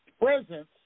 Presence